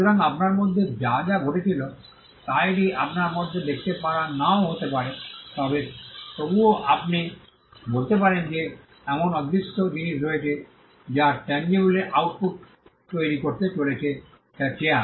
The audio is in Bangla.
সুতরাং আপনার মধ্যে যা যা ঘটেছিল তা এটি আপনার মধ্যে দেখতে পারা নাও হতে পারে তবে তবুও আপনি বলতে পারেন যে এমন অদৃশ্য জিনিস রয়েছে যা টাঞ্জিবলে আউটপুট তৈরি করতে চলেছে যা চেয়ার